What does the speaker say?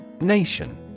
Nation